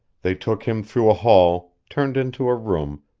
they took him through a hall, turned into a room,